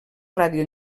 ràdio